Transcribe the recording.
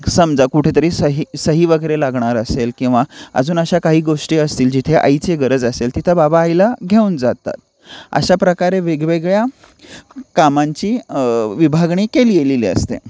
समजा कुठेतरी सही सही वगैरे लागणार असेल किंवा अजून अशा काही गोष्टी असतील जिथे आईची गरज असेल तिथं बाबा आईला घेऊन जातात अशाप्रकारे वेगवेगळ्या कामांची विभागणी केलेली असते